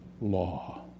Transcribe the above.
law